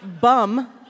BUM